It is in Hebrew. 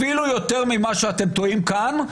אפילו יותר ממה שאתם טועים כאן,